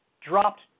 dropped